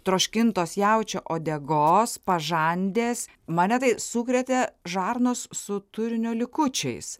troškintos jaučio uodegos pažandės mane tai sukrėtė žarnos su turinio likučiais